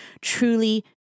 truly